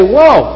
Whoa